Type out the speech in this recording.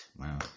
Wow